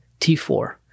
T4